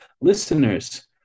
Listeners